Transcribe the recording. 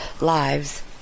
lives